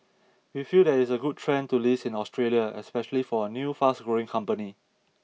we feel that it is a good trend to list in Australia especially for a new fast growing company